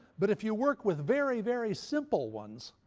but if you work with very, very simple ones,